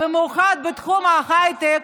במיוחד בתחום ההייטק,